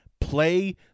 play